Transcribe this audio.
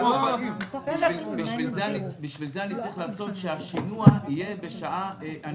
בשביל זה אני צריך לעשות שהשינוע יהיה בשעה מסוימת,